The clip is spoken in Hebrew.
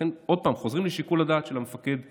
לכן עוד פעם חוזרים לשיקול הדעת של המפקד המקומי,